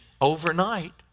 overnight